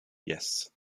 yes